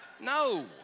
No